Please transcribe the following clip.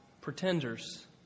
pretenders